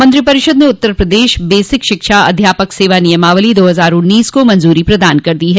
मंत्रिपरिषद ने उत्तर प्रदेश बेसिक शिक्षा अध्यापक सेवा नियमावली दो हज़ार उन्नीस को मंज्री प्रदान कर दी है